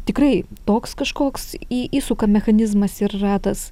tikrai toks kažkoks į įsuka mechanizmas ir ratas